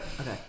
Okay